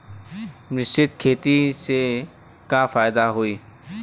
मिश्रित खेती से का फायदा होई?